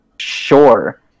sure